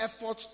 efforts